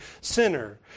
sinner